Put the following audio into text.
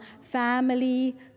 family